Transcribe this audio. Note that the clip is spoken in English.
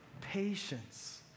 patience